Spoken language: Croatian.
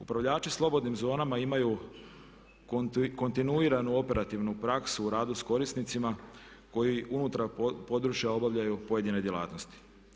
Upravljači slobodnim zonama imaju kontinuiranu operativnu praksu u radu s korisnicima koji unutar područja obavljaju pojedine djelatnosti.